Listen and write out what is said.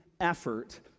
effort